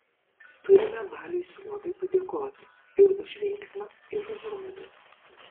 turime baliui sruogai padėkoti ir už veiksmą ir už žodį